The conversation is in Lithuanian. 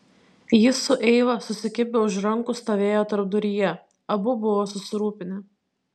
jis su eiva susikibę už rankų stovėjo tarpduryje abu buvo susirūpinę